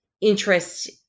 interest